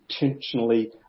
intentionally